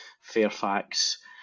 Fairfax